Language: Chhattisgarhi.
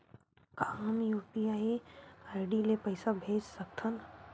का हम यू.पी.आई आई.डी ले पईसा भेज सकथन?